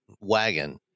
wagon